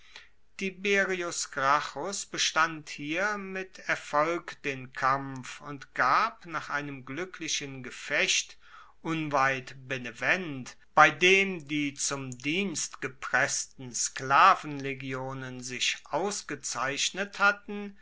gracchus bestand hier mit erfolg den kampf und gab nach einem gluecklichen gefecht unweit benevent bei dem die zum dienst gepressten sklavenlegionen sich ausgezeichnet hatten